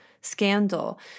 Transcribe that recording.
scandal